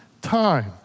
time